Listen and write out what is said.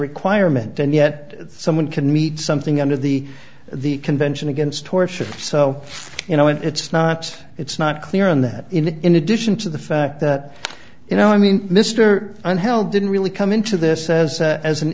requirement and yet someone can meet something under the the convention against torture so you know it's not it's not clear on that in addition to the fact that you know i mean mr unhealed didn't really come into this as as an